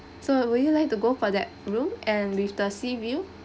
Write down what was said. so would you like to go for that room and with the sea view